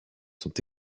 sont